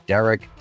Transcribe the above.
Derek